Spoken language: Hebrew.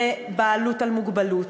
בבעלי מוגבלות,